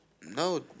No